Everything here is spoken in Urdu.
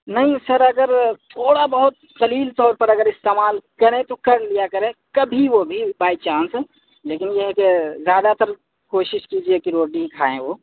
نہیں سر اگر تھوڑا بہت قلیل طور پر اگر استعمال کریں تو کر لیا کریں کبھی وہ بھی بائی چانس لیکن یہ ہے کہ زیادہ تر کوشش کیجیے کہ روٹی ہی کھائیں وہ